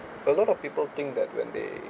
a lot of people think that when they